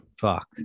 Fuck